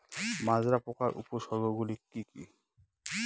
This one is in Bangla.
মাজরা পোকার উপসর্গগুলি কি কি?